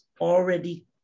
already